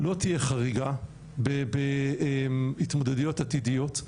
לא תהיה חריגה בהתמודדויות עתידיות,